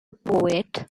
poet